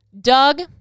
Doug